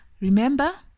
Remember